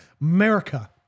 America